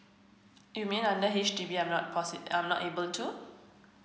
you mean under H_D_B I'm not I'm not able to